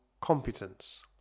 competence